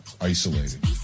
isolated